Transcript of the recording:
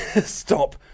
Stop